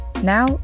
now